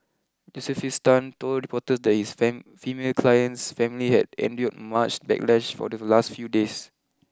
Josephus Tan told reporters that his female client's family had endured much backlash for the last few days